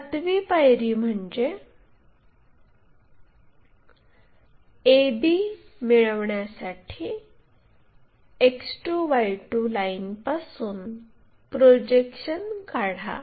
सातवी पायरी म्हणजे a b मिळविण्यासाठी X2 Y2 लाइनपासून प्रोजेक्शन काढा